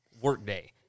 workday